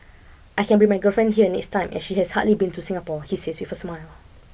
I can bring my girlfriend here next time as she has hardly been to Singapore he says with a smile